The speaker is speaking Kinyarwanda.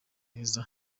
heza